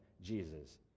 Jesus